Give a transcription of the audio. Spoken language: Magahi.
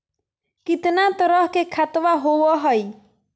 कितना तरह के खातवा होव हई?